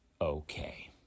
okay